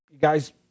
guys